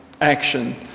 action